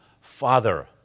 Father